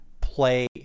play